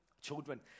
children